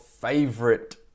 favorite